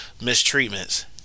mistreatments